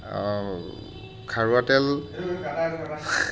খাৰুৱা তেল